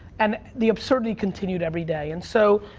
and the absurdity continued every day. and so,